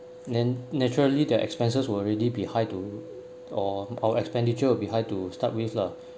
then naturally their expenses were already behind to or our expenditure will behind to start with lah